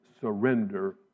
surrender